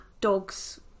dogs